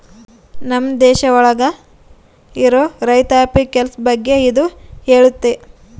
ನಮ್ ದೇಶ ಒಳಗ ಇರೋ ರೈತಾಪಿ ಕೆಲ್ಸ ಬಗ್ಗೆ ಇದು ಹೇಳುತ್ತೆ